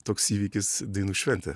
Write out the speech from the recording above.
toks įvykis dainų šventė